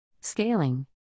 Scaling